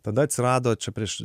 tada atsirado čia prieš